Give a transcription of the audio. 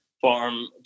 farm